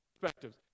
perspectives